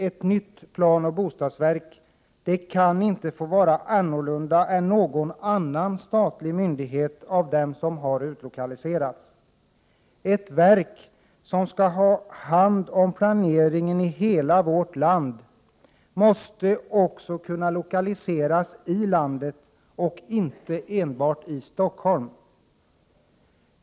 Ett nytt planoch bostadsverk kan inte få vara annorlunda än någon annan statlig myndighet som har utlokaliserats. Ett verk som skall ha hand om planeringen i hela vårt land måste också kunna lokaliseras ute i landet och inte enbart i Stockholm.